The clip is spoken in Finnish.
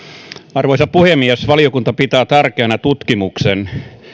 arvoisa puhemies valiokunta pitää tärkeänä tutkimukseen